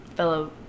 Fellow